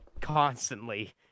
constantly